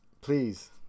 please